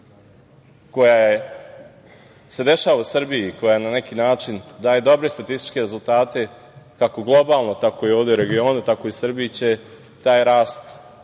koja se dešava u Srbiji i koja, na neki način, daje dobre statističke rezultate, kako globalno, tako ovde u regionu, tako će i u Srbiji taj rast